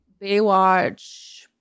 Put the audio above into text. Baywatch